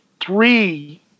three